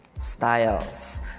styles